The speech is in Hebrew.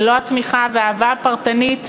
ללא התמיכה והאהבה הפרטנית,